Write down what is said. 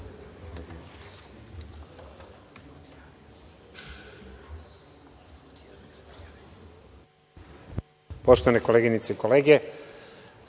Poštovane koleginice i kolege,